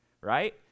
right